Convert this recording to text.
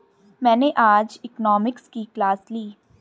मैंने आज इकोनॉमिक्स की क्लास ली